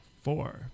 Four